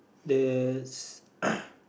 there's